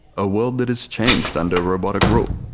a world that has changed under robotic rule,